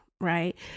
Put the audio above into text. Right